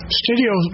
studio